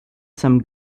some